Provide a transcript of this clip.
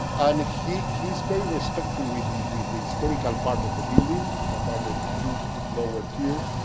and he's he's very respectful with the with the historical part of the building, that are the two lower tiers.